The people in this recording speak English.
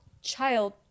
child